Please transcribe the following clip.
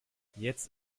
jetzt